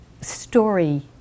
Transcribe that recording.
story